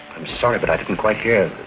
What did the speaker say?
i'm sorry but i didn't quite hear.